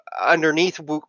underneath